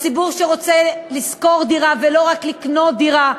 לציבור שרוצה לשכור דירה ולא רק לקנות דירה,